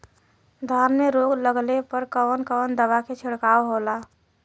धान में रोग लगले पर कवन कवन दवा के छिड़काव होला?